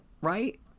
right